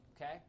okay